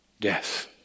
death